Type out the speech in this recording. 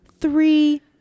Three